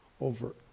over